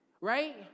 right